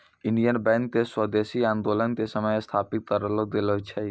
Indian Bank के स्वदेशी आन्दोलनो के समय स्थापित करलो गेलो छै